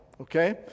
okay